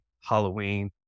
Halloween